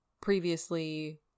previously